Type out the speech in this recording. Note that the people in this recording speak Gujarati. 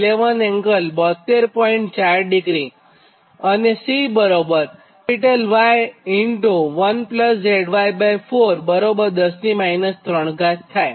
4° અને C Y1YZ4 10 3 થાય